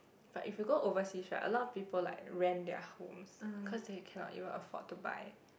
but if you go overseas right a lot of people like rent their homes because they cannot even afford to buy